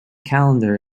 calendar